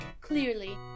clearly